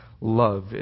Love